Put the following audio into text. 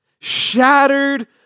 Shattered